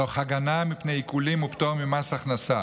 תוך הגנה מפני עיקולים ופטור ממס הכנסה,